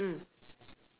mm